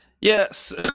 Yes